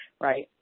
Right